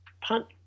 punt